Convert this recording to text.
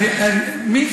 את מי?